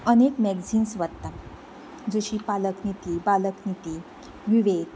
अनेक मॅगजिन्ज वाचता जशीं पालक निती बालक निती विवेक